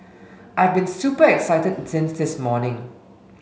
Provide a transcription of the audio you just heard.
I've been super excited since this morning